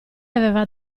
aveva